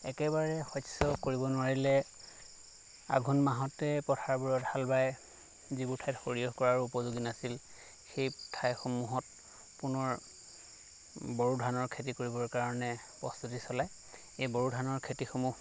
একেবাৰে শস্য কৰিব নোৱাৰিলে আঘোণ মাহতে পথাৰবোৰত হাল বাই যিবোৰ ঠাইত সৰিয়হ কৰাৰো উপযোগী নাছিল সেই ঠাইসমূহত পুনৰ বড়ো ধানৰ খেতি কৰিবৰ কাৰণে প্ৰস্তুতি চলায় এই বড়ো ধানৰ খেতিসমূহ